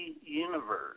Universe